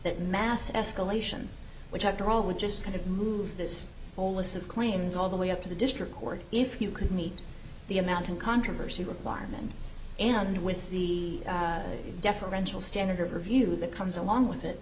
that mass escalation which after would just kind of move this bolus of claims all the way up to the district court if you could meet the amount of controversy requirement and with the deferential standard of review that comes along with it